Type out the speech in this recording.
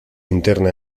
interna